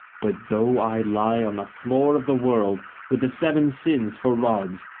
but though i lie on the floor of the world, with the seven sins for rods,